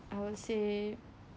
I would say